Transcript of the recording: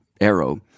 arrow